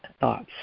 thoughts